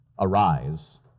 arise